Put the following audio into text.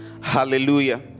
Hallelujah